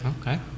Okay